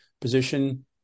position